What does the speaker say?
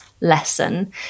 lesson